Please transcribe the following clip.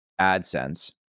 AdSense